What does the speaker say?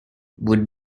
would